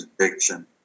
addiction